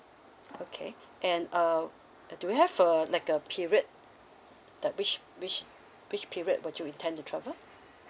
okay and um do we have uh like a period that which which which period would you intend to travel